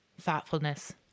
thoughtfulness